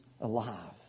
alive